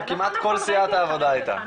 כמעט כל סיעת העבודה הייתה,